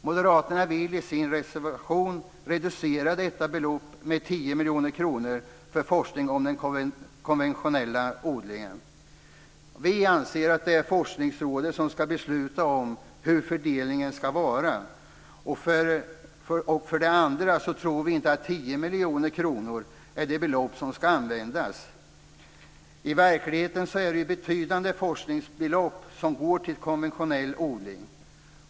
Moderaterna vill i sin reservation reducera detta belopp med 10 miljoner kronor för forskning om den konventionella odlingen. Vi anser att det är Forskningsrådet som ska besluta om hur fördelningen ska vara. Vi tror inte heller att 10 miljoner kronor är det belopp som ska användas. I verkligheten är det betydande forskningsbelopp som går till konventionell odling.